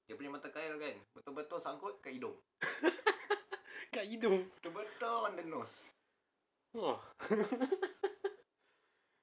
kat hidung !wah!